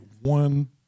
one